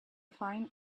fine